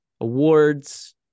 awards